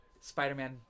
Spider-Man